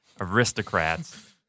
Aristocrats